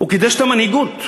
הוא קידש את המנהיגות.